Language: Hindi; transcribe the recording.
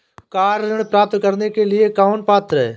कार ऋण प्राप्त करने के लिए कौन पात्र है?